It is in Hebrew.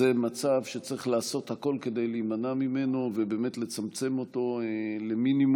זה מצב שצריך לעשות הכול כדי להימנע ממנו ובאמת לצמצם אותו למינימום,